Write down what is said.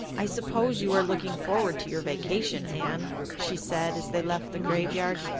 i suppose you are looking forward to your vacation, anne? she said, as they left the graveyard.